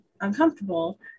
uncomfortable